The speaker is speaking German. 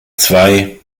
zwei